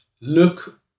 look